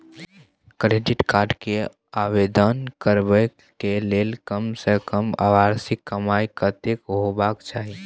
Credit card के आवेदन करबैक के लेल कम से कम वार्षिक कमाई कत्ते होबाक चाही?